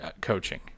coaching